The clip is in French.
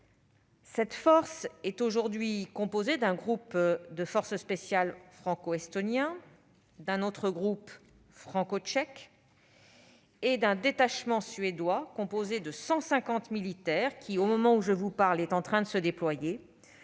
Cette force est aujourd'hui composée d'un groupe de forces spéciales franco-estonien, d'un groupe franco-tchèque et d'un détachement suédois composé de 150 militaires, qui, au moment où je vous parle, est en train de se déployer.